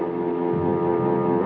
or